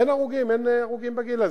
אין הרוגים בגיל הזה.